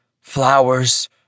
flowers